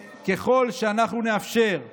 ככל שאנחנו נאפשר בהירות,